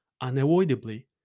unavoidably